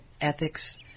ethics